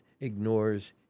ignores